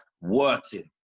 working